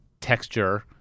texture